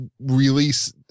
release